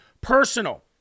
personal